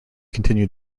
continue